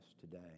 today